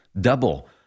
Double